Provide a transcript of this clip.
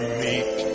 meet